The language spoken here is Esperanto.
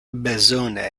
bezone